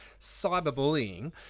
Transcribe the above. cyberbullying